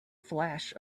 flash